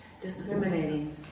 Discriminating